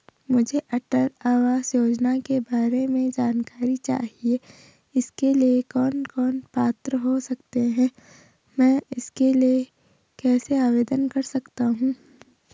मुझे अटल आवास योजना के बारे में जानकारी चाहिए इसके लिए कौन कौन पात्र हो सकते हैं मैं इसके लिए कैसे आवेदन कर सकता हूँ?